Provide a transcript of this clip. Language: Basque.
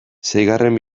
seigarren